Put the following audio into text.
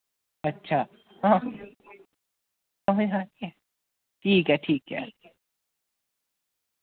अच्छा हां ठीक ऐ ठीक ऐ